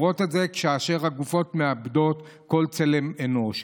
כאשר הגופות מאבדות כל צלם אנוש.